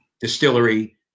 distillery